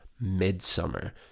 Midsummer